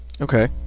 Okay